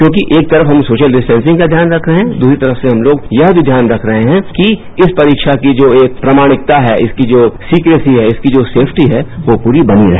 क्योकि एक तस्क हम सोशल ठिस्टिंग का ध्यान रख रहे है दूसरी तरक से हम लोग यह भी ध्यान रख रहे हैं कि इस परीक्षा की जो एक प्रमाणिकता है इसकी जो खिकेसी है इसकी जो सेपटी है यो पूरी बनी रहे